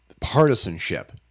partisanship